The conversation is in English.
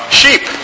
sheep